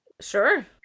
sure